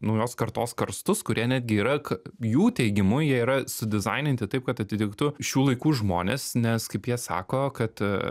naujos kartos karstus kurie netgi yra ką jų teigimu jie yra sudizaininti taip kad atitiktų šių laikų žmones nes kaip jie sako kad